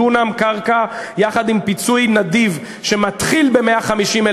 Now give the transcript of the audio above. דונם קרקע יחד עם פיצוי נדיב שמתחיל ב-150,000